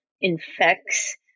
infects